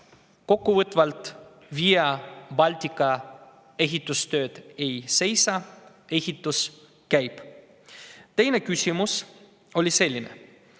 Kokkuvõtvalt: Via Baltica ehitustööd ei seisa, ehitus käib. Teine küsimus on selline: